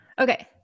Okay